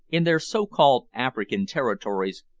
in their so-called african territories,